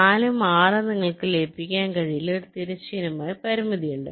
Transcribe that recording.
4 ഉം 6 ഉം നിങ്ങൾക്ക് ലയിപ്പിക്കാൻ കഴിയില്ല ഒരു തിരശ്ചീന പരിമിതിയുണ്ട്